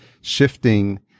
shifting